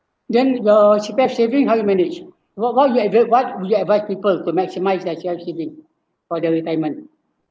then your C_P_F saving how you manage what what you adv~ what would you advise people to maximise their C_P_F saving for their retirement